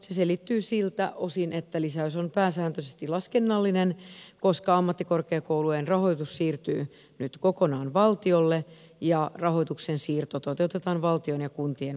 se selittyy siltä osin että lisäys on pääsääntöisesti laskennallinen koska ammattikorkeakoulujen rahoitus siirtyy nyt kokonaan valtiolle ja rahoituksen siirto toteutetaan valtion ja kuntien välillä